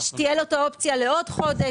שתהיה לו את האופציה לעוד חודש.